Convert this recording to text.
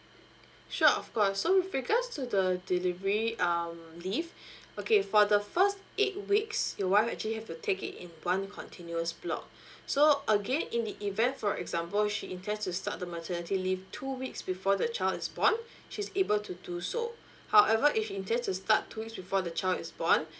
sure of course so with regards to the delivery um leave okay for the first eight weeks you wife actually have to take it in one continuous block so again in the event for example she intends to start the maternity leave two weeks before the child is born she's able to do so however if intend to start two weeks before the child is born